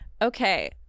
Okay